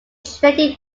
traded